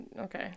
okay